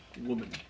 woman